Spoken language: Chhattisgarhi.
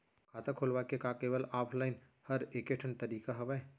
खाता खोलवाय के का केवल ऑफलाइन हर ऐकेठन तरीका हवय?